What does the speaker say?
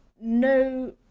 no